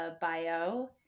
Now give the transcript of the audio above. bio